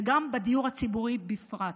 וגם בדיור הציבורי בפרט.